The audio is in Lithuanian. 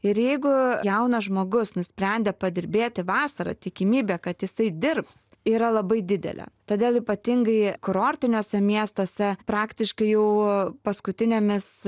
ir jeigu jaunas žmogus nusprendė padirbėti vasarą tikimybė kad jisai dirbs yra labai didelė todėl ypatingai kurortiniuose miestuose praktiškai jau paskutinėmis